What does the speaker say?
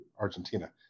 Argentina